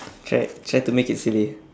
try try to make it silly